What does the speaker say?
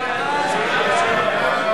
הצעת סיעת קדימה להביע